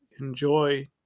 enjoy